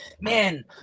man